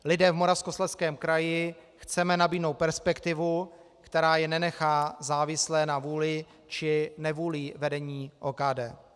Lidem v Moravskoslezském kraji chceme nabídnout perspektivu, která je nenechá závislé na vůli či nevůli vedení OKD.